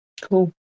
Cool